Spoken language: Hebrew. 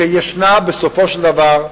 כי בסופו של דבר,